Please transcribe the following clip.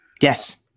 Yes